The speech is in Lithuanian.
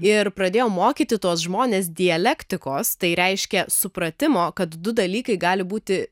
ir pradėjo mokyti tuos žmones dialektikos tai reiškia supratimo kad du dalykai gali būti